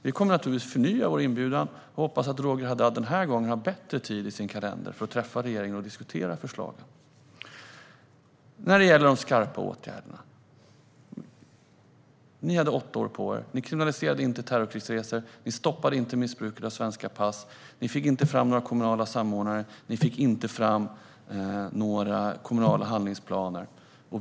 Vi kommer naturligtvis att förnya vår inbjudan och hoppas att Roger Haddad den gången har bättre tid i sin kalender för att träffa regeringen och diskutera förslagen. När det gäller de skarpa åtgärderna vill jag säga: Ni hade åtta år på er. Ni kriminaliserade inte terrorkrigsresor. Ni stoppade inte missbruket av svenska pass. Ni fick inte fram några kommunala samordnare. Ni fick inte fram några kommunala handlingsplaner.